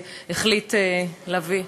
החליט להביא,